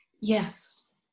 yes